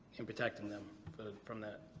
in protecting them from that.